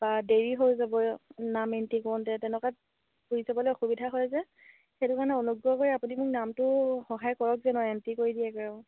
বা দেৰি হৈ যাব নাম এন্ট্ৰি কৰোতে তেনেকুৱাত ঘূৰি যাবলৈ অসুবিধা হয় যে সেইটো কাৰণে অনুগ্ৰহ কৰি আপুনি মোক নামটো সহায় কৰক যেন আৰু এন্ট্ৰি কৰি দিয়েগৈ আৰু